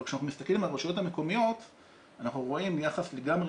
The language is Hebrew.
אבל כשאנחנו מסתכלים על הרשויות המקומיות אנחנו רואים יחס לגמרי